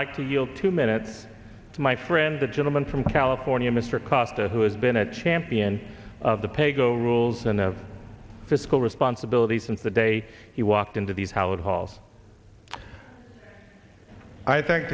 yield two minutes to my friend the gentleman from california mr costa who has been a champion of the paygo rules and fiscal responsibility since the day he walked into these howard halls i thank